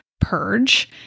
purge